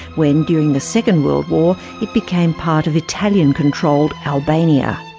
when, during the second world war, it became part of italian-controlled albania.